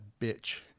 bitch